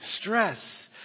stress